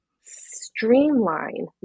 streamline